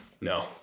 No